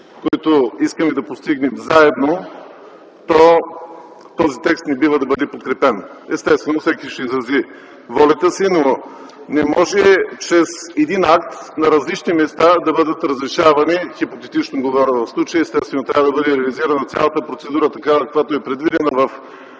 заедно искаме да постигнем тези цели, то този текст не бива да бъде подкрепен. Естествено всеки ще изрази волята си, но не може чрез един акт на различни места да бъдат разрешавани – хипотетично говоря в случая, естествено трябва да бъде реализирана цялата процедура такава, каквато е предвидена в